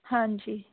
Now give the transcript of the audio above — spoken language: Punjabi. ਹਾਂਜੀ